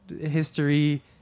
history